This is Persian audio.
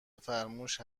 فرموش